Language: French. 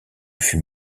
fut